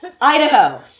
Idaho